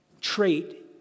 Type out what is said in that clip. trait